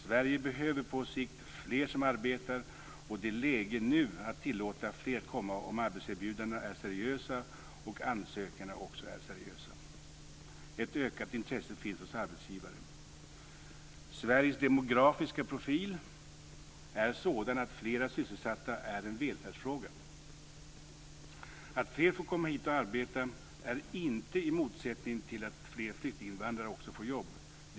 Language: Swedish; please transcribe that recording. Sverige behöver på sikt fler som arbetar, och det är nu läge att tillåta fler att komma om arbetserbjudandena är seriösa och om ansökningarna också är seriösa. Ett ökat intresse finns hos arbetsgivaren. Sveriges demografiska profil är sådan att flera sysselsatta är en välfärdsfråga. Att fler får komma hit och arbeta är inte i motsättning till att fler flyktinginvandrare också får jobb.